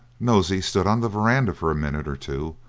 nosey stood on the verandah for a minute or two,